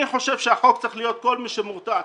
אני חושב שהחוק צריך להיות על כל מי שיכול להיות מורתע.